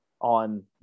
on